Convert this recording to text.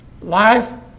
life